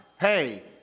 hey